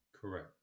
Correct